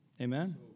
Amen